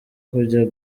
kujya